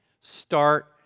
Start